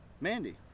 Mandy